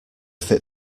fit